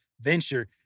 venture